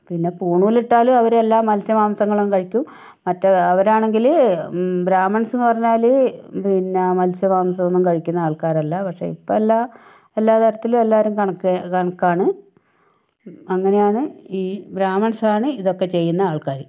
പിന്നെ പൂണൂല് ഇട്ടാലും അവര് എല്ലാ മത്സ്യമാംസങ്ങളും കഴിക്കും മറ്റേ അവരാണെങ്കിൽ ബ്രാഹ്മിൻസ് എന്ന് പറഞ്ഞാല് പിന്നെ മത്സ്യ മാംസമൊന്നും കഴിക്കുന്ന ആൾക്കാരല്ല പക്ഷെ ഇപ്പോ എല്ലാം എല്ലാത്തരത്തിലും എല്ലാരും കണക്കാണ് അങ്ങനെയാണ് ഈ ബ്രാഹ്മിൻസാണ് ഇതൊക്കെ ചെയ്യുന്ന ആൾക്കാർ